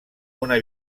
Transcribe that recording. una